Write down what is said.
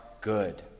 good